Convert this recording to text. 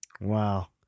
Wow